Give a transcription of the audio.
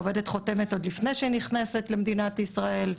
שעובדת חותמת עוד לפני שהיא נכנסת למדינת ישראל,